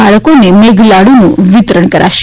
બાળકોને મેઘલાડુનું વિતરણ કરાશે